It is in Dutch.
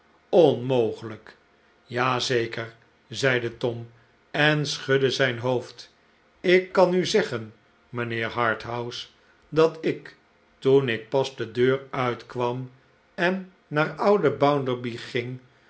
onmogelijk ja zeker zeide tom en schudde zijn hoofd ik kan u zeggen mijnheer harthouse datik toen ik pas de deur uitkwam en naar ouden bounderby ging